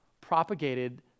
propagated